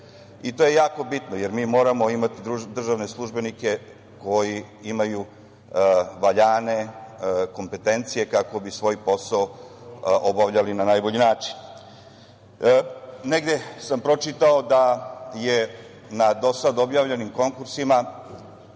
To je jako bitno jer mi moramo imati državne službenike koji imaju valjane kompetencije kako bi svoj posao obavljali na najbolji način. Negde sam pročitao da je na dosad objavljenim konkursima,